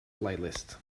playlist